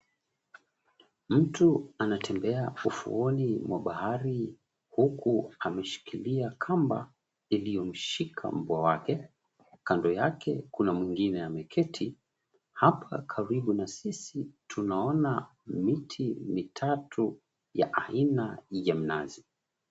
Mtu anatembea ufufuoni mwa bahari huku ameshikilia kamba iliomshika mbwa wake. Kando yake kuna mwingine ameketi. Hapa karibu na sisi tunaona miti mitatu ya aina ya mnazi.